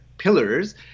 Pillars